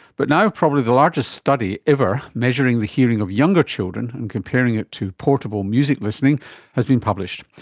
but now probably the largest study ever, measuring the hearing of younger children and comparing it to portable music listening has been published.